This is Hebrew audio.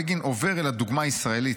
בגין עובר אל הדוגמה הישראלית,